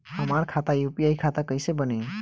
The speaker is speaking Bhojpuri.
हमार खाता यू.पी.आई खाता कइसे बनी?